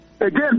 again